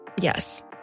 Yes